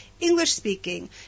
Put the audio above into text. English-speaking